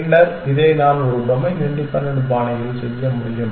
பின்னர் இதை நான் ஒரு டொமைன் இண்டிபென்டன்ட் பாணியில் செய்ய முடியும்